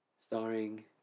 Starring